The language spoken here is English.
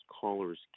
caller's